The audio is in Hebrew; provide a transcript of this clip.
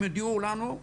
הם הודיעו לנו,